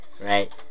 right